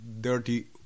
dirty